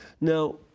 Now